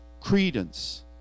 credence